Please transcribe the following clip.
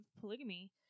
polygamy